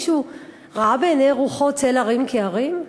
מישהו ראה בעיני רוחו צל הרים כהרים?